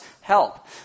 help